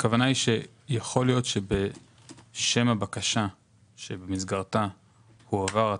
יכול להיות שבשם הבקשה שבמסגרתה הועבר התקציב,